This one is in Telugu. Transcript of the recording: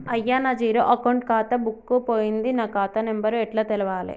అయ్యా నా జీరో అకౌంట్ ఖాతా బుక్కు పోయింది నా ఖాతా నెంబరు ఎట్ల తెలవాలే?